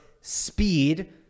speed